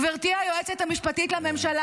גברתי היועצת המשפטית לממשלה,